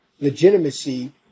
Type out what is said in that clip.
legitimacy